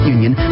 Union